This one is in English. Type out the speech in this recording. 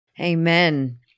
Amen